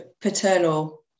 paternal